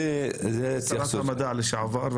שרת המדע לשעבר,